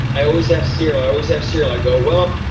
i always have cereal. i always have cereal, i go, well,